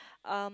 um